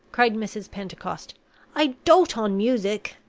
cried mrs. pentecost i dote on music.